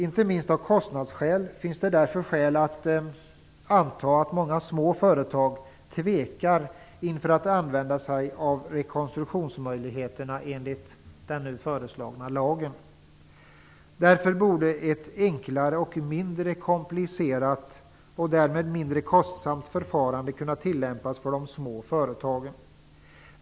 Inte minst av kostnadsskäl finns det därför skäl att anta att många små företag tvekar inför att använda sig av rekonstruktionsmöjligheterna enligt den nu föreslagna lagen. Därför borde ett enklare och mindre komplicerat och därmed mindre kostsamt förfarande kunna tillämpas för de små företagen.